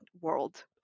world